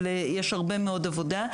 אבל יש הרבה מאוד עבודה.